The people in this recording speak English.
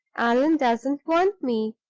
allan doesn't want me.